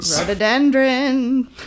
rhododendron